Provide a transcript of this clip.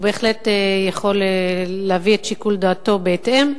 הוא בהחלט יכול להביא את שיקול דעתו בהתאם,